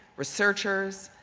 researchers,